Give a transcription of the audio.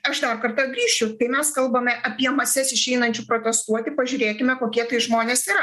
aš dar kartą grįšiu kai mes kalbame apie mases išeinančių protestuoti pažiūrėkime kokie tai žmonės yra